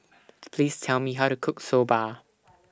Please Tell Me How to Cook Soba